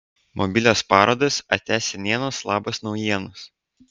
mobilios parodos atia senienos labas naujienos